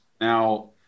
Now